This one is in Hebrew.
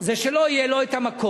זה שלא יהיה לו מקום,